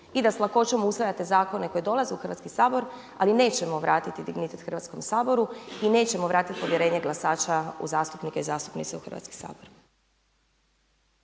i da sa lakoćom usvajate zakone koji dolaze u Hrvatski sabor, ali nećemo vratiti dignitet Hrvatskom saboru i nećemo vratiti povjerenje glasača u zastupnike i zastupnice u Hrvatski sabor.